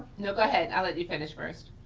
no, go ahead, i'll let you finish first.